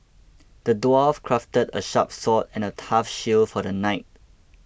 the dwarf crafted a sharp sword and a tough shield for the knight